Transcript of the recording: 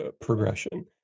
progression